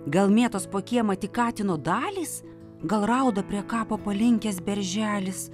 gal mėtos po kiemą tik katino dalys gal rauda prie kapo palinkęs berželis